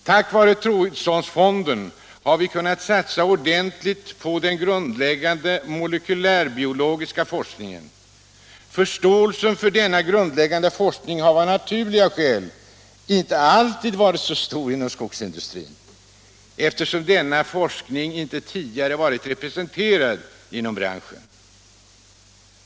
Tack vare Troödssonsfonden har vi kunnat satsa ordentligt på den grundläggande molekylärbiologiska forskningen —-—-- Förståelsen för denna grundläggande forskning har av naturliga skäl inte alltid varit så stor inom skogsindustrin, eftersom denna forskning inte tidigare varit representerad inom branschen.